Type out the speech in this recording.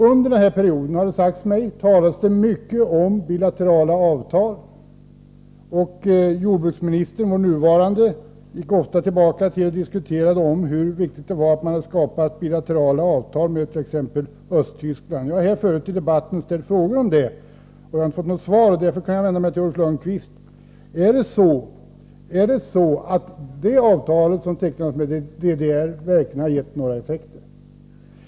Under den här perioden, har det sagts mig, talades det mycket om bilaterala avtal. Vår nuvarande jordbruksminister har också ofta framhållit hur viktigt det var att man tecknade bilaterala avtal med t.ex. Östtyskland. Jag har tidigare i debatten ställt frågor om den saken men inte fått något svar. Därför vänder jag mig nu till Ulf Lönnqvist och frågar: Har det avtal som tecknades med DDR verkligen gett några effekter?